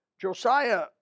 Josiah